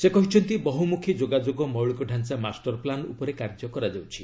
ସେ କହିଛନ୍ତି ବହୁମୁଖୀ ଯୋଗାଯୋଗ ମୌଳିକଢାଞ୍ଚା ମାଷ୍ଟର ପ୍ଲାନ୍ ଉପରେ କାର୍ଯ୍ୟ କରାଯାଉଛି